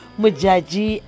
mujaji